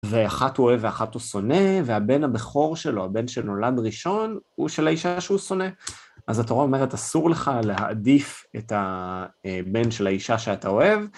ואחת הוא אוהב ואחת הוא שונא. והבן הבכור שלו, הבן שנולד ראשון, הוא של האישה שהוא שונא. אז התורה אומרת, אסור לך להעדיף את הבן של האישה שאתה אוהב.